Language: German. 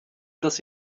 dass